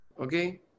Okay